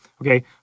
Okay